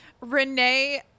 Renee